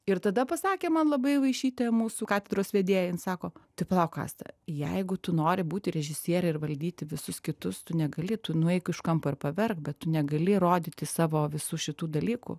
ir tada pasakė man labai vaišytė mūsų katedros vedėja ji sako tai palauk asta jeigu tu nori būti režisierė ir valdyti visus kitus tu negali tu nueik už kampo ir paverk bet tu negali rodyti savo visų šitų dalykų